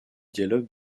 dialogue